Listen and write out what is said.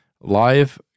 Live